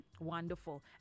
Wonderful